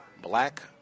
black